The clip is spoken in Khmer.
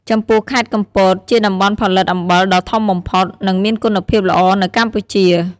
ចំពោះ ខេត្តកំពត ជាតំបន់ផលិតអំបិលដ៏ធំបំផុត និងមានគុណភាពល្អនៅកម្ពុជា។